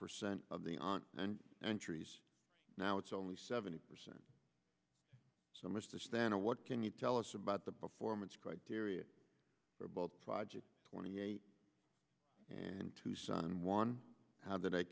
percent of the on and entries now it's only seventy percent so much to stand on what can you tell us about the performance criteria for both projects twenty eight and tucson one how do they